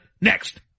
next